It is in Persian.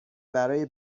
برای